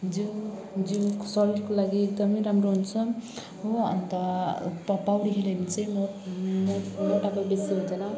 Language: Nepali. जिउ जिउ शरीरको लागि एकदमै राम्रो हुन्छ हो अन्त प पौडी खेलेको चाहिँ म म उल्टापट्टि सक्दैनँ